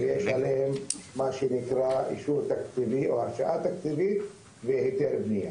כי יש להם אישור תקציבי או הקצאה תקציבית והיתר בנייה.